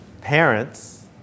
parents